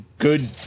good